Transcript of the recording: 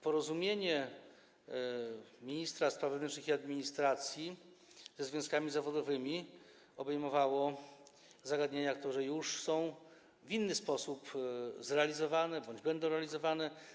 Porozumienie ministra spraw wewnętrznych i administracji ze związkami zawodowymi obejmowało sprawy, które już są w inny sposób zrealizowane bądź będą zrealizowane.